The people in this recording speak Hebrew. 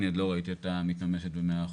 אני עוד לא ראיתי אותה מתממשת במאה אחוז.